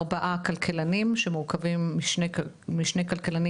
ארבעה כלכלכנים שמורכבים משני כלכלנים